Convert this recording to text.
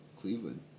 Cleveland